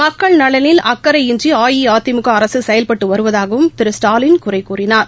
மக்கள் நலனில் அக்கறையின்றிஅஇஅதிமுகஅரசுசெயல்பட்டுவருவதாகவும் ஸ்டாலின் திரு குறைகூறினார்